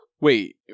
Wait